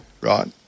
right